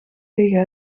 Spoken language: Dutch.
tegen